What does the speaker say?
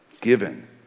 given